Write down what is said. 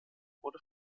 wurde